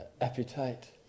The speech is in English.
appetite